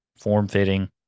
form-fitting